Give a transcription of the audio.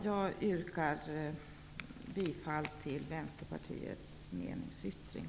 Jag yrkar bifall till Vänsterpartiets meningsyttring.